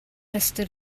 rhestr